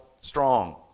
strong